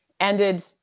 ended